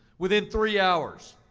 within three hours,